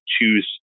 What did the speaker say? choose